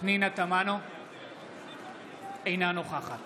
אינה נוכחת